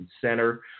center